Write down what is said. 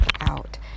out